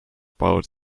bowed